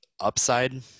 upside